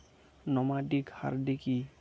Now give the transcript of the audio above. Nomadic herding কি?